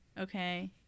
okay